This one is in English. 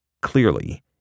Clearly